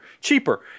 cheaper